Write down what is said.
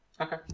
Okay